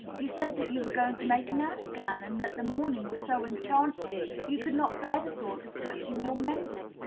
you said that you were going to make an affghan, and that the morning was so enchanting you could not bear the thought of touching your mending,